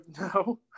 no